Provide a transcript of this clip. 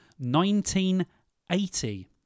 1980